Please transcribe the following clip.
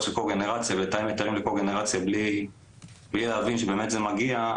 של קוגנרציה ולתאם היתרים לקוגנרציה בלי להבין שבאמת זה מגיע,